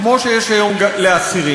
כמו שיש היום לאסירים.